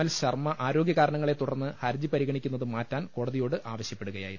L Sharma ആരോഗ്യ കാരണങ്ങളെ തുടർന്ന് ഹർജി പരിഗണിക്കുന്നത് മാറ്റാൻ കോട തിയോട് ആവശ്യപ്പെടുകയായിരുന്നു